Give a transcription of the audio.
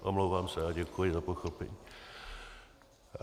Omlouvám se a děkuji za pochopení.